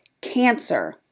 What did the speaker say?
cancer